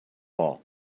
all